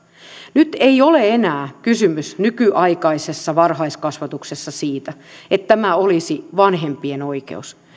nyt ei ole enää nykyaikaisessa varhaiskasvatuksessa kysymys siitä että tämä olisi vanhempien oikeus